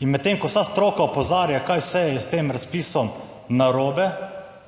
in medtem, ko vsa stroka opozarja kaj vse je s tem razpisom narobe,